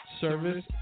service